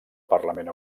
parlament